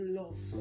love